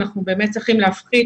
אנחנו באמת צריכים להפחית,